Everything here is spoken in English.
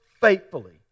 faithfully